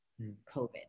COVID